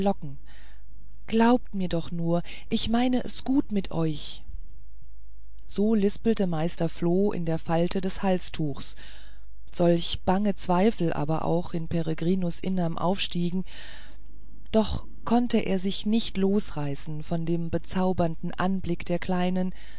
glaubt mir doch nur ich meine es gut mit euch so lispelte meister floh in der falte des halstuchs solch bange zweifel aber auch in peregrinus innerm aufstiegen doch konnte er sich nicht losreißen von dem bezaubernden anblick der kleinen